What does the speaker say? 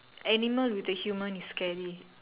animal with a human is scary